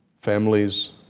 families